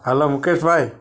hello Mukesh ભાઈ